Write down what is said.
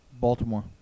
Baltimore